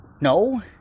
no